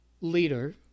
leader